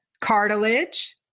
cartilage